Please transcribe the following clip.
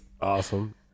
awesome